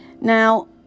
Now